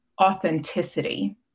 authenticity